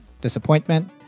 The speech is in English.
disappointment